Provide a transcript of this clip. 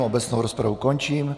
Obecnou rozpravu končím.